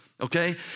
okay